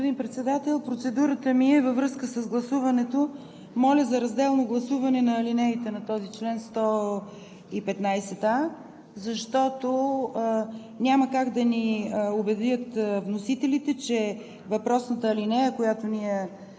процедурата ми е във връзка с гласуването. Моля за разделно гласуване на алинеите на този чл. 115а, защото няма как да ни убедят вносителите, че въпросната алинея, която ние